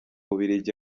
bubiligi